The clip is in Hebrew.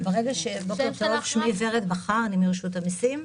בוקר טוב, אני מרשות המיסים,